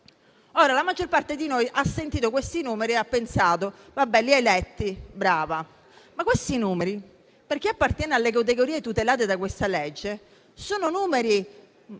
La maggior parte di noi ha sentito questi numeri e ha pensato: li hai letti, brava. Ma questi numeri, per chi appartiene alle categorie tutelate da questa legge, sono gravi.